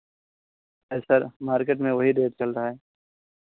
sir market में वही rate चल रहा है